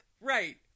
right